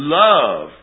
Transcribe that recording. love